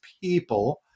people